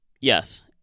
Yes